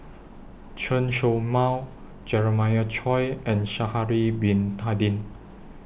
Chen Show Mao Jeremiah Choy and Sha'Ari Bin Tadin